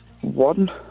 One